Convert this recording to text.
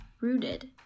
rooted